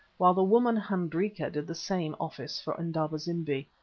while the woman hendrika did the same office for indaba-zimbi.